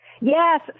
Yes